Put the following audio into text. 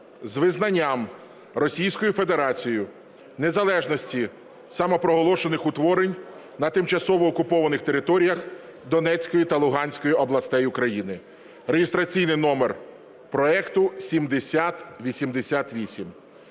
з визнанням Російською Федерацією незалежності самопроголошених утворень на тимчасово окупованих територіях Донецької та Луганської областей України (реєстраційний номер проекту 7088).